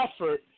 effort